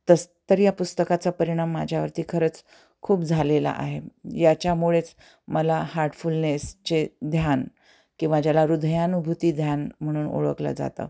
तस तर या पुस्तकाचा परिणाम माझ्यावरती खरंच खूप झालेला आहे याच्यामुळेच मला हार्टफुलनेसचे ध्यान किंवा ज्याला हृदयानुभूती ध्यान म्हणून ओळखलं जातं